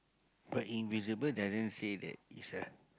but invisible doesn't say that is a